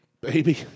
Baby